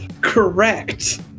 Correct